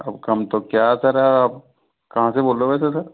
अब कम तो क्या करें आप कहाँ से बोल रहे हो वैसे सर